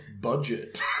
budget